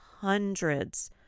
hundreds